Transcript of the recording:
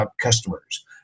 customers